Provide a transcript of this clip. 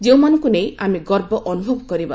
ଯେଉଁମାନଙ୍କୁ ନେଇ ଆମେ ଗର୍ବ ଅନୁଭବ କରିବା